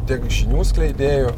tiek žinių skleidėju